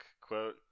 quote